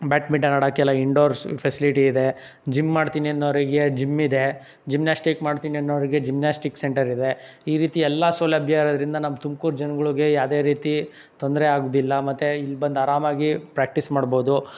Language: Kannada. ಬ್ಯಾಟ್ಮಿಂಟನ್ ಆಡೋಕ್ಕೆ ಎಲ್ಲ ಇನ್ಡೋರ್ ಫೆಸಿಲಿಟಿ ಇದೆ ಜಿಮ್ ಮಾಡ್ತೀನಿ ಅನ್ನೋರಿಗೆ ಜಿಮ್ ಇದೆ ಜಿಮ್ನಾಸ್ಟಿಕ್ ಮಾಡ್ತೀನಿ ಅನ್ನೋರಿಗೆ ಜಿಮ್ನಾಸ್ಟಿಕ್ ಸೆಂಟರ್ ಇದೆ ಈ ರೀತಿ ಎಲ್ಲ ಸೌಲಭ್ಯ ಇರೋದ್ರಿಂದ ನಮ್ಮ ತುಮ್ಕೂರು ಜನ್ಗಳಿಗೆ ಯಾವುದೇ ರೀತಿ ತೊಂದರೆ ಆಗೋದಿಲ್ಲ ಮತ್ತು ಇಲ್ಲಿ ಬಂದು ಆರಾಮಾಗಿ ಪ್ರಾಕ್ಟೀಸ್ ಮಾಡ್ಬೋದು